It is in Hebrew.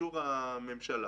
באישור הממשלה".